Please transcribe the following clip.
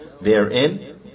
therein